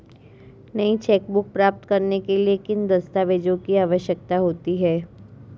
नई चेकबुक प्राप्त करने के लिए किन दस्तावेज़ों की आवश्यकता होती है?